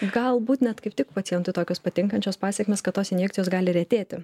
galbūt net kaip tik pacientui tokios patinkančios pasekmės kad tos injekcijos gali retėti